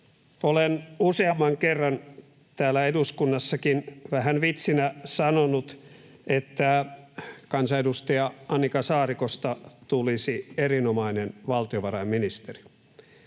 Olen useamman kerran täällä eduskunnassakin vähän vitsinä sanonut, että kansanedustaja Annika Saarikosta tulisi erinomainen valtiovarainministeri.